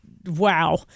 Wow